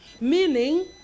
meaning